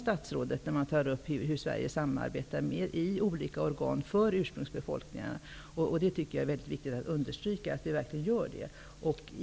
Statsrådet tar upp hur Sverige samarbetar i olika organ för ursprungsbefolkningarna. Jag tycker att det är väldigt viktigt att understryka att vi verkligen gör det.